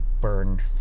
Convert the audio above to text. burn